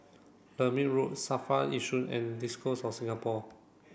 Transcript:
Lermit Road SAFRA Yishun and Diocese of Singapore